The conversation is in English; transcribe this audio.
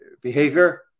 behavior